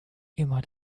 immer